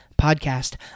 Podcast